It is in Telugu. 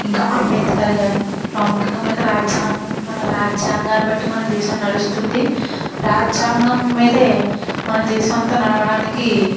ఇంకా అంబేద్కర్ కానీ ప్రాముఖ్యంగా మనకు రాజ్యాంగం మన రాజ్యాంగాన్ని బట్టి మన దేశం నడుస్తుంది రాజ్యాంగం మీదే మన దేశం అంతా నడవడానికి